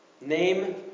Name